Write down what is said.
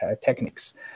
techniques